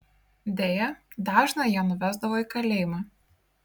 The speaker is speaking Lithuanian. deja dažną jie nuvesdavo į kalėjimą